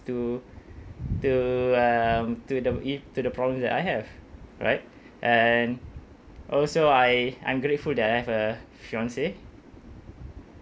to to um to the if to the problems that I have right and also I I'm grateful that I have a fiance